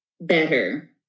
better